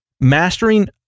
Mastering